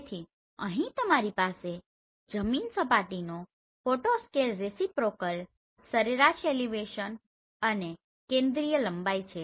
તેથી અહીં તમારી પાસે જમીન સપાટીનો ફોટો સ્કેલ રેસીપ્રોકલ સરેરાશ એલિવેશન અને કેન્દ્રિય લંબાઈ છે